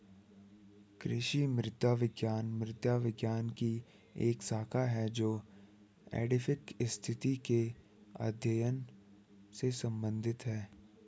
कृषि मृदा विज्ञान मृदा विज्ञान की एक शाखा है जो एडैफिक स्थिति के अध्ययन से संबंधित है